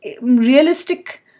realistic